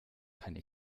keine